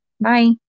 bye